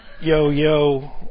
yo-yo